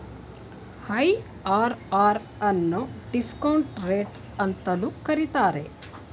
IRR ಅನ್ನು discount rate ಅಂತಲೂ ಕರೀತಾರೆ